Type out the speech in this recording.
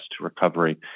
recovery